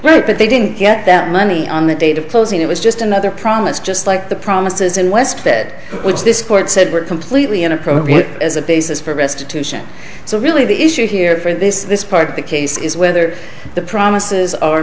write but they didn't get that money on the date of closing it was just another promise just like the promises in west that which this court said were completely inappropriate as a basis for restitution so really the issue here for this this part of the case is whether the promises are